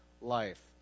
life